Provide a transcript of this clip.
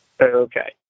Okay